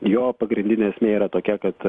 jo pagrindinė esmė yra tokia kad